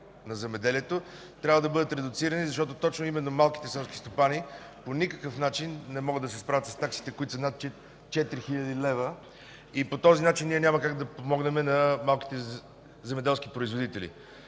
на земеделието, трябва да бъдат редуцирани, защото именно малките селски стопани по никакъв начин не могат да се справят с таксите, които са над 4000 лв. По този начин ние няма как да подпомогнем малките земеделски производители.